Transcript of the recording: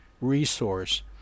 resource